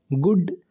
good